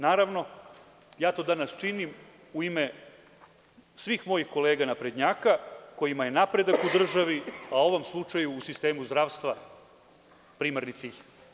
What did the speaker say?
Naravno, ja to danas činim u ime svih mojih kolega naprednjaka kojima je napredak u državi, u ovom slučaju u sistemu zdravstva primarni cilj.